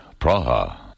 Praha